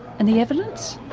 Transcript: and the evidence?